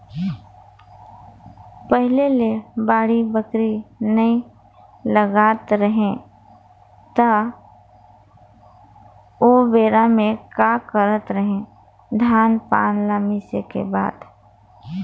पहिले ले बाड़ी बखरी नइ लगात रहें त ओबेरा में का करत रहें, धान पान ल मिसे के बाद